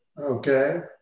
Okay